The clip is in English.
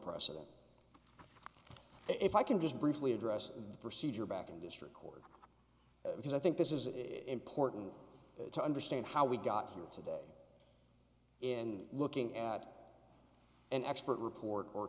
precedent if i can just briefly address the procedure back in district court because i think this is important to understand how we got here today in looking at an expert report or